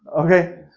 Okay